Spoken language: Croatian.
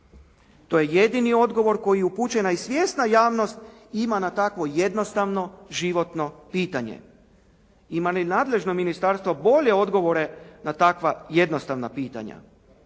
To je jedini odgovor koji upućuje i svjesna javnost ima na takvo jednostavno životno pitanje. Ima li nadležno ministarstvo boje odgovore na takva jednostavna pitanja?